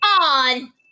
on